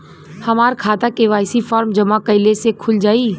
हमार खाता KYC form जमा कइले से खुल जाई?